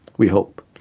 we hope.